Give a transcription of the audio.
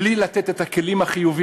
בלי לתת את הכלים החיוביים,